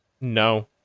no